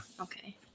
Okay